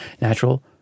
Natural